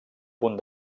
punt